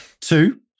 Two